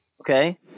okay